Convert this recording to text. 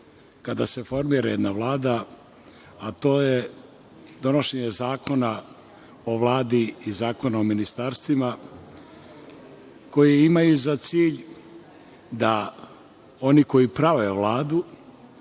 kada se formira jedna vlada, to je donošenje Zakona o Vladi i Zakona o ministarstvima koji imaju za cilj da oni koji prave Vladu